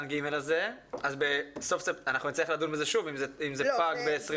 ג אז נצטרך לדון בזה שוב אם זה פג ב-2020?